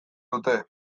dute